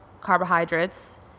carbohydrates